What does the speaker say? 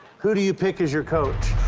who do you pick as your coach?